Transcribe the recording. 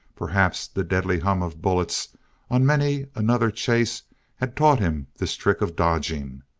perhaps the deadly hum of bullets on many another chase had taught him this trick of dodging,